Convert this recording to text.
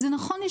זה נכון,